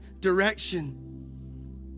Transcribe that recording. direction